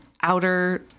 outer